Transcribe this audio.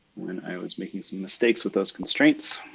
when i was making some mistakes with those constraints.